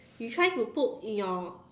you try to put in your